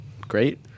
great